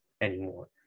anymore